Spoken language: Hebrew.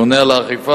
הממונה על האכיפה,